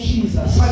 Jesus